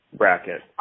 bracket